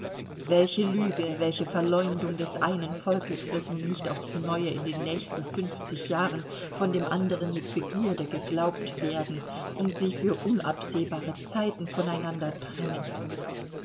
welche lüge welche verleumdung des einen volkes wird nun nicht aufs neue in den nächsten fünfzig jahren von dem anderen mit begierde geglaubt werden und sie für unabsehbare zeiten voneinander trennen